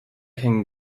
can